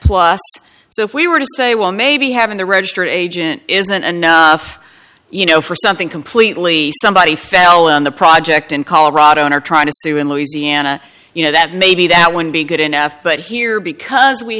consent so if we were to say well maybe having the registered agent isn't enough you know for something completely somebody fell on the project in colorado and are trying to sue in louisiana you know that maybe that would be good enough but here because we